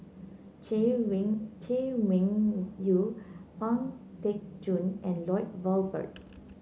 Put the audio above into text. Chay Weng Chay Weng Woo Yew Pang Teck Joon and Lloyd Valberg